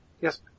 Yes